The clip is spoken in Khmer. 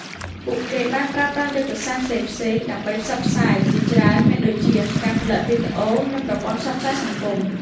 ពួកគេបានប្រើប្រាស់យុទ្ធសាស្ត្រផ្សេងៗដើម្បីផ្សព្វផ្សាយជាច្រើនមានដូចជាការផលិតវីដេអូ និងប្រព័ន្ធផ្សព្វផ្សាយសង្គម។